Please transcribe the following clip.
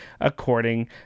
according